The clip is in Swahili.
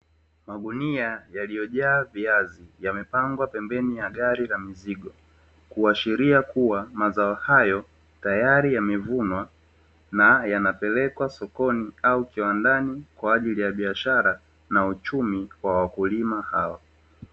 Magunia yaliyojaa viazi yamepangwa pembeni ya gari la mizigo, kuashiria kuwa mazao hayo tayari yamevunwa na yanapelekwa sokoni, au kiwandani kwaajili ya biashara na uchumi wa wakulima hao.